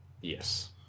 Yes